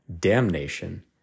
damnation